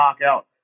knockout